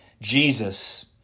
Jesus